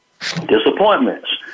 Disappointments